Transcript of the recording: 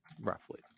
roughly